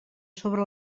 sobre